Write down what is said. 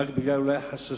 ורק בגלל החששות,